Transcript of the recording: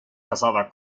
casada